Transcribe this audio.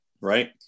right